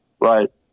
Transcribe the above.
Right